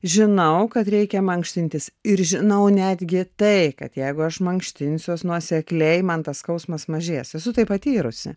žinau kad reikia mankštintis ir žinau netgi tai kad jeigu aš mankštinsiuos nuosekliai man tas skausmas mažės esu tai patyrusi